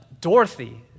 Dorothy